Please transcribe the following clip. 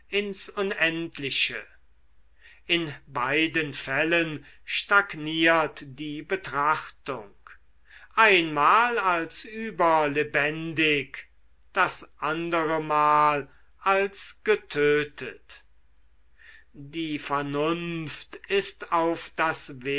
ins unendliche in beiden fällen stagniert die betrachtung einmal als überlebendig das andere mal als getötet die vernunft ist auf das